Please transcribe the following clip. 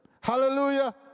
Hallelujah